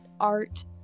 art